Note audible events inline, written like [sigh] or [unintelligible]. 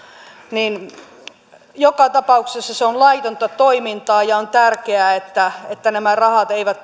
joka tapauksessa se on laitonta toimintaa ja on tärkeää että että nämä rahat eivät [unintelligible]